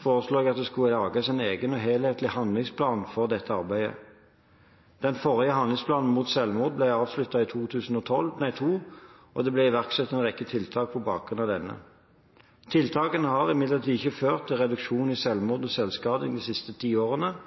foreslo jeg at det skulle lages en egen og enhetlig handlingsplan for dette arbeidet. Den forrige handlingsplanen mot selvmord ble avsluttet i 2002, og det ble iverksatt en rekke tiltak på bakgrunn av denne. Tiltakene har imidlertid ikke ført til reduksjoner i selvmord og selvskading de siste ti årene,